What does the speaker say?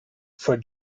for